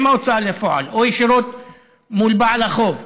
עם ההוצאה לפועל או ישירות מול בעל החוב,